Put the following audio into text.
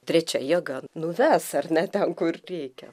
trečia jėga nuves ar ne ten kur reikia